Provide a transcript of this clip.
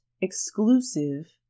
exclusive